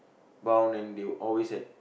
bound and they'll always had